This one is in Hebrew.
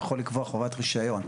יכול לקבוע חובת רישיון.